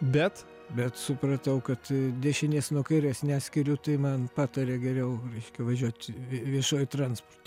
bet bet supratau kad dešinės nuo kairės neskiriu tai man patarė geriau reiškia važiuot vie viešuoju transportu